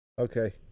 Okay